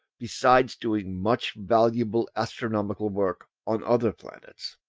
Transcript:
besides doing much valuable astronomical work on other planets.